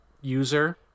user